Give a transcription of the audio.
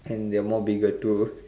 and they are more bigger too